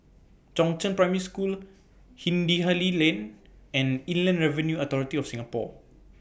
Chongzheng Primary School Hindhede Lane and Inland Revenue Authority of Singapore